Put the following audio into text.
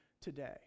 today